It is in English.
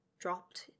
dropped